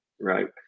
right